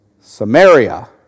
Samaria